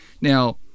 now